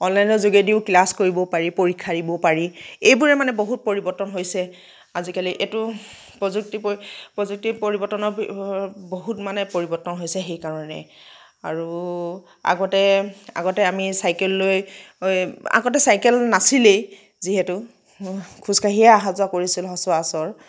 অনলাইনৰ যোগেদিও ক্লাচ কৰিব পাৰি পৰীক্ষা দিব পাৰি এইবোৰেই মানে বহুত পৰিৱৰ্তন হৈছে আজিকালি এইটো প্ৰযুক্তি প্ৰযুক্তি পৰিৱৰ্তনৰ বহুত মানে পৰিৱৰ্তন হৈছে সেই কাৰণে আৰু আগতে আগতে আমি চাইকেল লৈ আগতে চাইকেল নাছিলেই যিহেতু খোজকাঢ়িয়েই অহা যোৱা কৰিছিল সচৰাচৰ